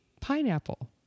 pineapple